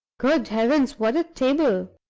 good heavens, what a table!